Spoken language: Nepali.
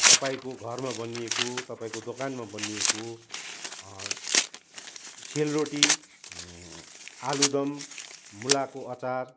तपाईँको घरमा बनिएको तपाईँको दोकानमा बनिएको सेलरोटी आलुदम मुलाको अचार